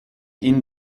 ihn